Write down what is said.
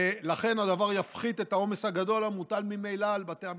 ולכן הדבר יפחית את העומס הגדול המוטל ממילא על בתי המשפט.